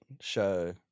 show